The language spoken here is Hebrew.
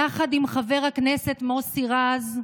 יחד עם חבר הכנסת מוסי רז,